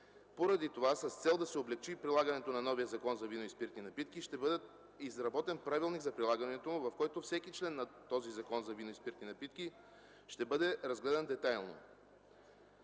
Поради това, с цел да се облекчи прилагането на новия Закон за вино и спиртни напитки, ще бъде изработен правилник за прилагането му, в който всеки член на Закона за виното и спиртните напитки ще бъде разгледан детайлно.